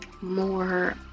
more